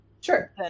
sure